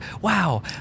wow